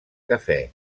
cafè